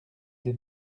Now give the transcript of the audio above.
des